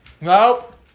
Nope